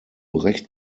recht